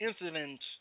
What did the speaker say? incidents